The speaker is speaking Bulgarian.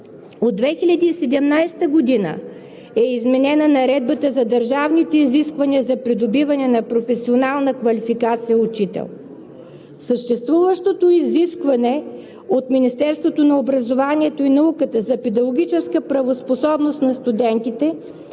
От 2017 г. е изменена Наредбата за държавните изисквания за придобиване на професионална квалификация „учител“. Съществуващото изискване от Министерството на образованието и науката за педагогическа правоспособност на студентите